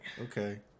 Okay